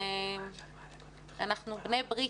יותר ואנחנו בני ברית,